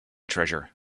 treasure